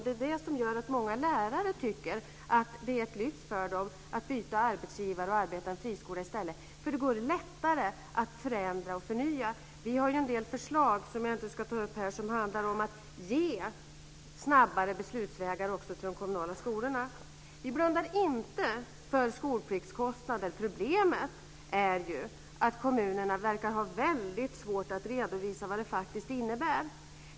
Det är det som gör att många lärare tycker att det är ett lyft att byta arbetsgivare och arbeta i en friskola i stället. Där går det lättare att förändra och förnya. Vi har en del förslag, som jag inte ska ta upp här, som handlar om snabbare beslutsvägar också i de kommunala skolorna. Vi blundar inte för skolpliktskostnader. Problemet är att kommunerna verkar ha svårt att redovisa vad det faktiskt innebär.